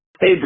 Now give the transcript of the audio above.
Hey